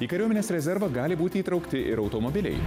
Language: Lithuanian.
į kariuomenės rezervą gali būti įtraukti ir automobiliai